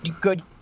good